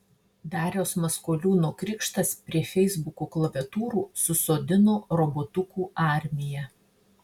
dariaus maskoliūno krikštas prie feisbuko klaviatūrų susodino robotukų armiją